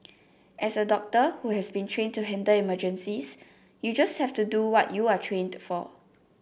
as a doctor who has been trained to handle emergencies you just have to do what you are trained for